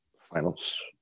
Finals